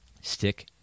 stick